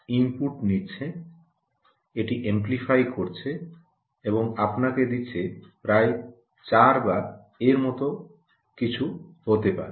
এটি ইনপুট নিচ্ছে এটি এমপ্লিফাই করছে এবং আপনাকে দিচ্ছে প্রায় 4 বা এর মতো কিছু হতে পারে